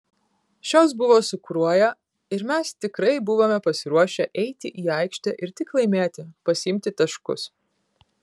šios buvo su kruoja ir mes tikrai buvome pasiruošę eiti į aikštę ir tik laimėti pasiimti taškus